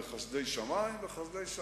שסיימנו, נסתפק הפעם בזה.